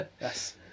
Yes